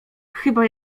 chyba